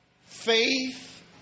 Faith